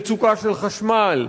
מצוקה של חשמל,